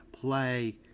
play